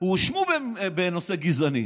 הואשמו בנושא גזעני.